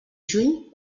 juny